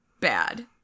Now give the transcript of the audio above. Bad